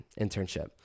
Internship